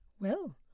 Well